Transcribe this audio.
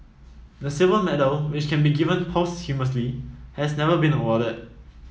the silver medal which can be given posthumously has never been awarded